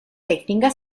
tecnica